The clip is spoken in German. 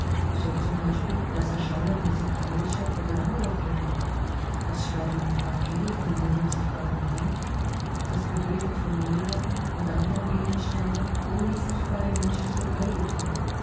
so z b das erschallen musikalischer oder anderer töne das schreiben auf papier von einer unsichtbaren hand das bewegen von möbeln und anderen gegenständen ohne sichtbare menschliche beihilfe